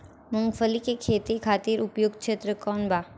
मूँगफली के खेती खातिर उपयुक्त क्षेत्र कौन वा?